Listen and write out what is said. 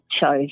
chose